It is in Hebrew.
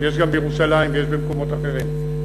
יש גם בירושלים ויש במקומות אחרים.